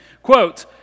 Quote